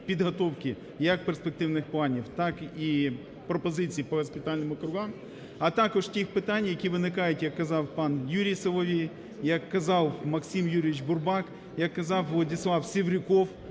підготовки як перспективних планів, так і пропозицій по госпітальним округам, а також тих питань, які виникають, як казав пан Юрій Соловей, як казав Максим Юрійович Бурбак, як казав Владислав Севрюков